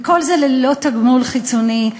וכל זה ללא תגמול חיצוני.